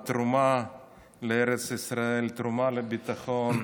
התרומה לארץ ישראל, התרומה לביטחון,